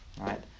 right